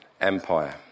Empire